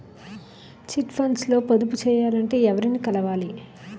Chit funds లో పొదుపు చేయాలంటే ఎవరిని కలవాలి?